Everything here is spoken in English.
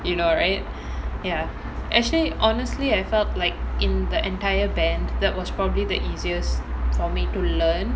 you know right ya actually honestly I felt like in the entire band that was probably the easiest for me to learn